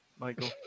Michael